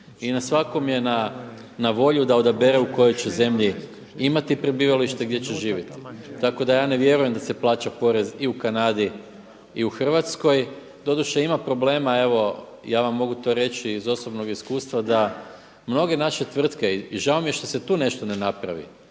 I na svakom je na volju da odabere u kojoj će zemlji imati prebivalište, gdje će živjeti. Tako da ja ne vjerujem da se plaća porez i u Kanadi i u Hrvatskoj. Doduše ima problema evo ja vam mogu to reći iz osobnog iskustva da mnoge naše tvrtke i žao mi je što se tu nešto ne napravi